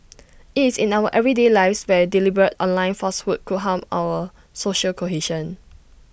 IT is in our everyday lives where deliberate online falsehoods could harm our social cohesion